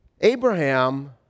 Abraham